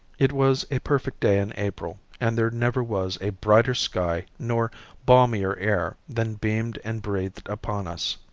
it was a perfect day in april and there never was a brighter sky nor balmier air than beamed and breathed upon us.